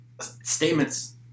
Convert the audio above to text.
statements